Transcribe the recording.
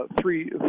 three